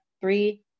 three